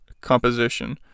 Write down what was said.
composition